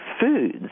foods